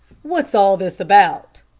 what's all this about?